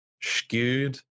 skewed